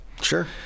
Sure